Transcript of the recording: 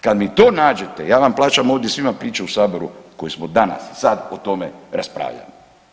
Kad mi to nađete, ja vam plaćam ovdje svima piće u Saboru koji smo danas, sad, o tome raspravljali.